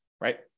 right